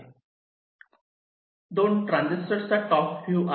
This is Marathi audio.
2 ट्रांजिस्टर चा टॉप व्ह्यू आहे